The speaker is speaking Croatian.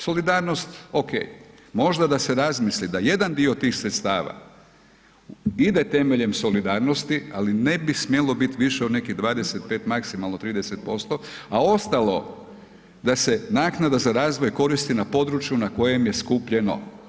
Solidarnost okej, možda da se razmisli da jedan dio tih sredstava ide temeljem solidarnosti, ali ne bi smjelo biti više od nekih 25, maksimalno 30%, a ostalo da se naknada za razvoj koristi na području na kojem je skupljeno.